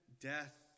death